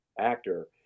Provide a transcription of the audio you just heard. actor